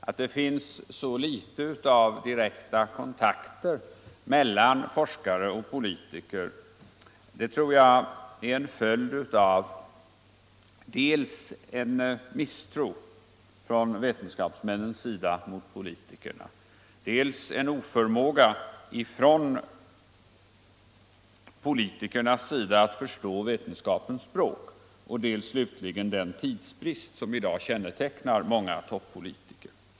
Att det finns så litet av direkta kontakter mellan forskare och politiker tror jag är en följd av dels en misstro från vetenskapsmännens sida mot politikerna, dels en oförmåga från politikernas sida att förstå vetenskapens språk och dels slutligen den tidsbrist som i dag kännetecknar många toppolitiker.